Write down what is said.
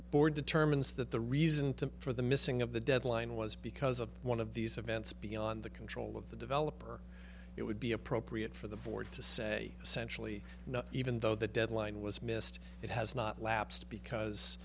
board determines that the reason to for the missing of the deadline was because of one of these events beyond the control of the developer it would be appropriate for the board to say essentially no even though the deadline was missed it has not lapsed because